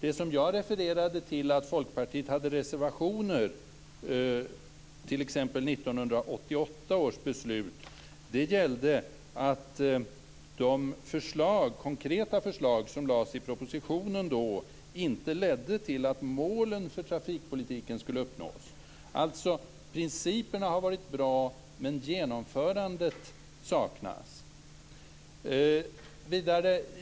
När jag refererade till att Folkpartiet hade reservationer t.ex. vid 1988 års beslut gällde det att de konkreta förslag som fanns i propositionen då inte ledde till att målen för trafikpolitiken skulle uppnås. Det betyder att principerna har varit bra men att genomförandet saknas.